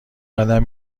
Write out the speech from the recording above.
قدم